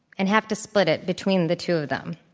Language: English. and have to split it between the two of them.